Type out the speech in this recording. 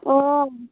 অঁ